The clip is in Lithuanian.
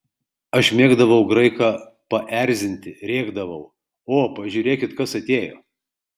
aš mėgdavau graiką paerzinti rėkdavau o pažiūrėkit kas atėjo